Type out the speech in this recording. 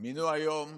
מינו היום